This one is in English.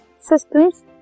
systems